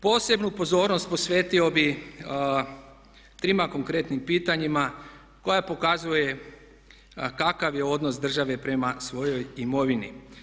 Posebnu pozornost posvetio bi trima konkretnim pitanjima koja pokazuje kakav je odnos države prema svojoj imovini.